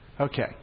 Okay